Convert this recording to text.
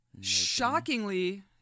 Shockingly